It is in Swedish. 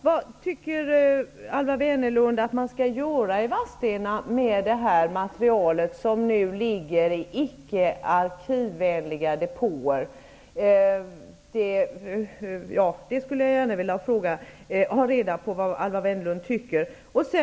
Vad tycker Alwa Wennerlund att man skall göra i Vadstena med det material som ligger i icke arkivvänliga depåer? Det skulle jag gärna vilja ha reda på.